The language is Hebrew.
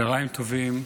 צוהריים טובים.